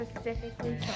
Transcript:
Specifically